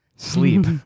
Sleep